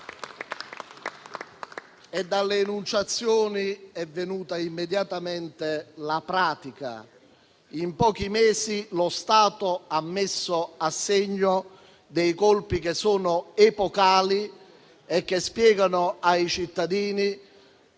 Dopo le enunciazioni è venuta immediatamente la pratica. In pochi mesi lo Stato ha messo a segno dei colpi epocali, che spiegano ai cittadini